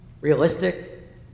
realistic